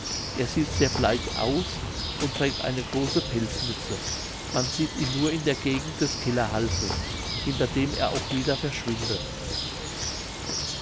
er sieht sehr bleich aus und trägt eine große pelzmütze man sieht ihn nur in der gegend des kellerhalses hinter dem er auch wieder verschwindet